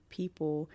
people